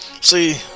See